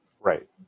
right